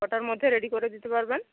কটার মধ্যে রেডি করে দিতে পারবেন